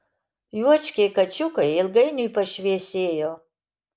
juočkiai kačiukai ilgainiui pašviesėjo